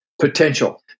potential